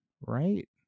right